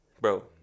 Bro